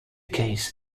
case